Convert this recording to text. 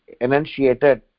enunciated